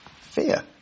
fear